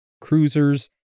cruisers